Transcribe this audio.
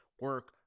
Work